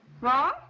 Wrong